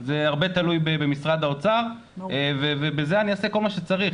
זה הרבה תלוי במשרד האוצר ובזה אני אעשה כל מה שצריך.